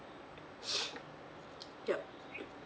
yup